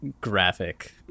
graphic